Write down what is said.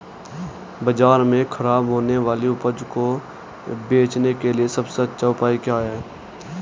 बाजार में खराब होने वाली उपज को बेचने के लिए सबसे अच्छा उपाय क्या है?